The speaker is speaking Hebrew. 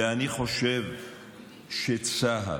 ואני חושב שצה"ל